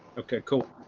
okay, cool.